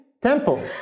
Temple